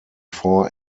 four